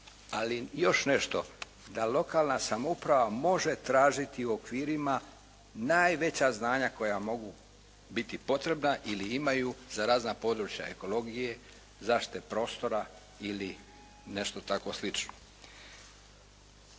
ali još nešto, da lokalna samouprava može tražiti u okvirima najveća znanja koja mogu biti potrebna ili imaju za razna područja ekologije, zaštite prostora ili nešto tako slično.